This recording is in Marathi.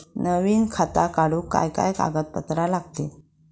नवीन खाता काढूक काय काय कागदपत्रा लागतली?